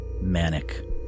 manic